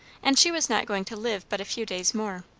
and she was not going to live but a few days more.